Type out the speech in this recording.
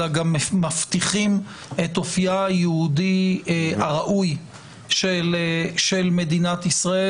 אלא גם מבטיחים את אופייה היהודי הראוי של מדינת ישראל,